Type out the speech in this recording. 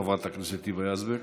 חברת הכנסת היבה יזבק.